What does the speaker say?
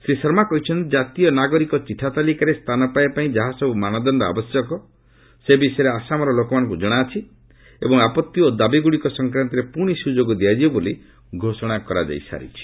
ଶ୍ରୀ ଶର୍ମା କହିଛନ୍ତି ଜାତୀୟ ନାଗରିକ ଚିଠା ତାଲିକାରେ ସ୍ଥାନ ପାଇବା ପାଇଁ ଯାହାସବୁ ମାନଦଣ୍ଡ ଆବଶ୍ୟକ ସେ ବିଷୟରେ ଆସାମର ଲୋକମାନଙ୍କୁ ଜଣାଅଛି ଏବଂ ଆପତ୍ତି ଓ ଦାବିଗୁଡ଼ିକ ସଂକ୍ରାନ୍ତରେ ପୁଣି ସୁଯୋଗ ଦିଆଯିବ ବୋଲି ଘୋଷଣା କରାଯାଇ ସାରିଛି